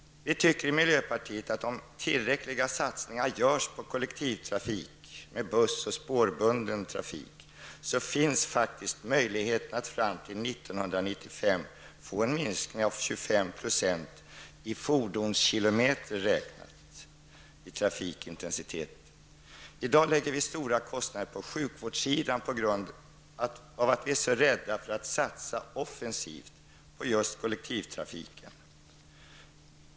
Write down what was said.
Vi tror att om tillräckliga satsningar görs på kollektivtrafik, med bussar och spårbunden trafik, finns det möjlighet att fram till 1995 få en minskning av trafikintensiteten med 25 % räknat i fordonskilometer. I dag har vi stora kostnader på sjukvårdssidan på grund av att vi är så rädda för att satsa offensivt på just kollektivtrafiken.